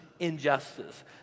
injustice